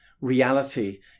reality